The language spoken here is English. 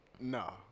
no